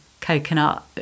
coconut